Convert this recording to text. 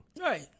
Right